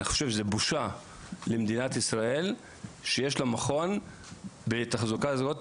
אני חושב שזו בושה למדינת ישראל שיש לה מכון בתחזוקה זאת,